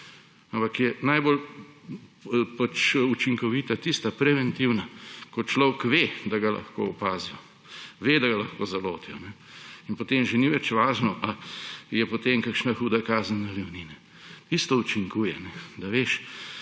Ampak je najbolj učinkovita tista preventiva, ko človek ve, da ga lahko opazijo, ve, da ga lahko zalotijo; in potem že ni več važno, ali je potem kakšna huda kazen, ali je ni. Isto učinkuje, da veš,